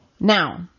Now